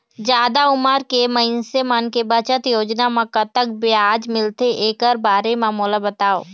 जादा उमर के मइनसे मन के बचत योजना म कतक ब्याज मिलथे एकर बारे म मोला बताव?